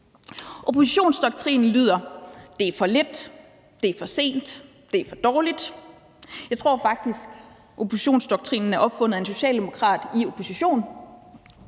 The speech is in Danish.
Oppositionsdoktrinen lyder: Det er for lidt, det er for sent, det er for dårligt. Jeg tror faktisk, at oppositionsdoktrinen er opfundet af en socialdemokrat i opposition.